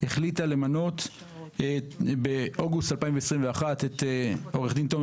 והחליטה למנות באוגוסט 2021 את עו"ד תומר